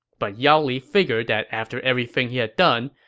but yao li figured that after everything he had done,